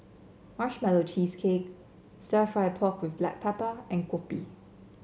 Marshmallow Cheesecake stir fry pork with Black Pepper and Kopi